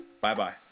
Bye-bye